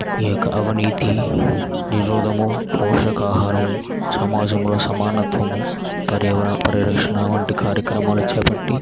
ఈ యొక్క అవినీతి నిరోధము పోషకాహారము సమాజంలో సమానత్వము పర్యావరణ పరిరక్షణ వంటి కార్యక్రమాలు చేపట్టి